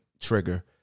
trigger